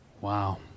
Wow